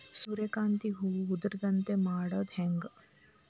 ಸೂರ್ಯಕಾಂತಿ ಹೂವ ಉದರದಂತೆ ಮಾಡುದ ಹೆಂಗ್?